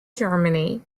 germany